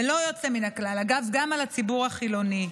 בלא יוצא מן הכלל, אגב, גם על הציבור החילוני,